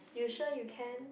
you sure you can